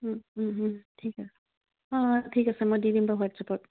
ঠিক আছে অঁ ঠিক আছে মই দি দিম বাৰু হোৱাটছ এপত